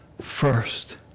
first